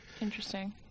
Interesting